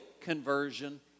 conversion